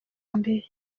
imbere